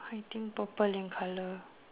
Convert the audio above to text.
I think purple in colour